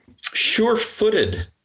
sure-footed